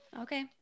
Okay